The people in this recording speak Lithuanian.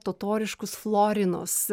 totoriškus florinos